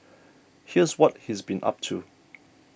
here's what he's been up to